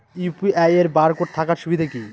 UPI এর barcode থাকার সুবিধে কি?